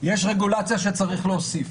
יש רגולציה שצריך להוסיף,